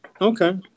okay